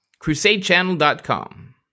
Crusadechannel.com